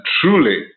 truly